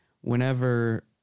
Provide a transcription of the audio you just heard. Whenever